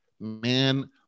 man